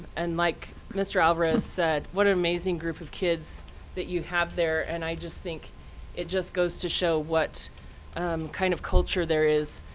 and like mr. alvarez said, what an amazing group of kids that you have there. and i just think it just goes to show what kind of culture there is.